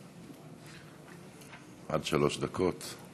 עד שלוש דקות.